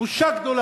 ההגדרה